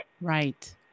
Right